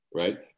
right